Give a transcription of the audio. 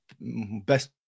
best